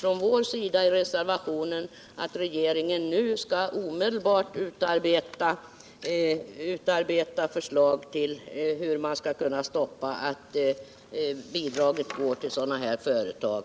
Från vår sida föreslår vi i reservationen 1 att regeringen = strin, m.m. nu omedelbart skall utarbeta förslag till hur man skall kunna hindra att bidraget går till sådana här företag.